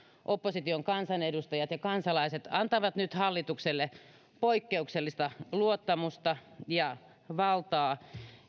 opposition kansanedustajat ja kansalaiset annamme nyt hallitukselle poikkeuksellista luottamusta ja valtaa